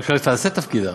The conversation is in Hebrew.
רק שאולי תעשה את תפקידה.